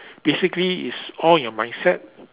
basically it's all your mindset